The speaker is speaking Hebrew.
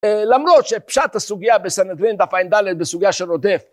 למרות שפשט הסוגיה בסנהדרין ... היא סוגיה של עודף.